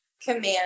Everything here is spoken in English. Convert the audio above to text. command